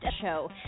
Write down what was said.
show